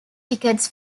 tickets